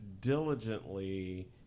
diligently